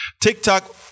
TikTok